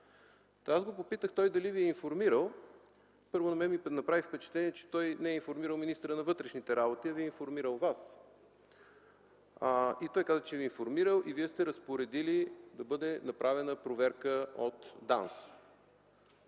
БОП. Попитах го дали Ви е информирал? Първо, на мен ми направи впечатление, че той не е информирал министъра на вътрешните работи, а е информирал Вас. Той каза, че Ви е информирал и Вие сте разпоредили да бъде направена проверка от ДАНС.